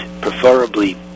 preferably